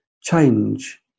change